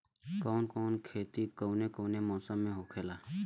कवन कवन खेती कउने कउने मौसम में होखेला?